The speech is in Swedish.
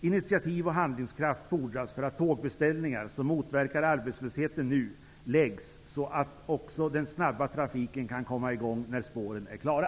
Initiativ och handlingskraft fordras för att tågbeställningar, som motverkar arbetslösheten, nu görs så att den snabba trafiken kan komma igång när spåren är klara!